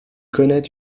connait